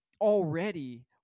already